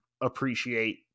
appreciate